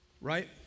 right